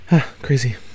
Crazy